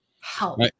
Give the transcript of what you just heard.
Help